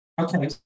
Okay